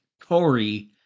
Corey